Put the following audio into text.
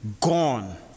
gone